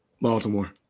Baltimore